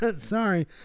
Sorry